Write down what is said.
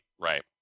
Right